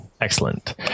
Excellent